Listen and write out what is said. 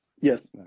Yes